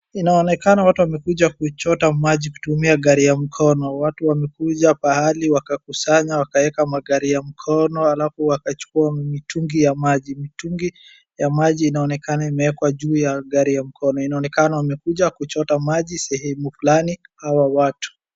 Inaonekana watu wamekuja kuchota maji kutumia gari ya mkono. Watu wamekuja pahali wakakusanya wakaeka magari ya mkono alafu wakachuku mitungi ya maji. Mitungi ya maji inaonekana imewekwa juu ya gari ya mkono. Inaonekana wamekuja kuchota maji sehemu fulani hawa watu.